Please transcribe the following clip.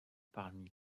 parmi